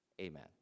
Amen